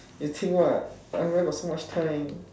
you think what I where got so much time